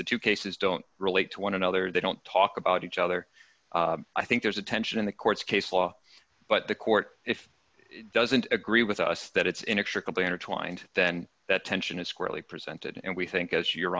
the two cases don't relate to one another they don't talk about each other i think there's a tension in the courts case law but the court if it doesn't agree with us that it's inexplicably intertwined then that tension is squarely presented and we think as you